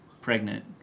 pregnant